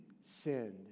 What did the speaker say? sinned